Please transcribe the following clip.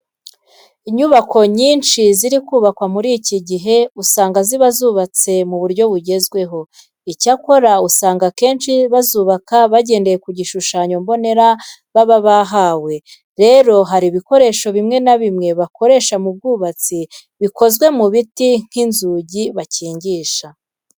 Inyubako nyinshi ziri kubakwa muri iki gihe usanga ziba zubatse mu buryo bugezweho. Icyakora usanga akenshi bazubaka bagendeye ku gishushanyo mbonera baba bahawe. Rero hari ibikoresho bimwe na bimwe bakoresha mu bwubatsi bikozwe mu biti nk'inzugi bakingisha.